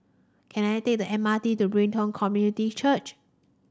can I take the M R T to Brighton Community Church